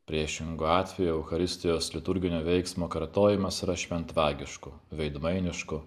priešingu atveju eucharistijos liturginio veiksmo kartojimas yra šventvagišku veidmainišku